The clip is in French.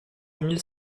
mille